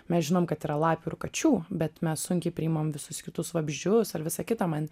mes žinom kad yra lapių ir kačių bet mes sunkiai priimam visus kitus vabzdžius ar visa kita man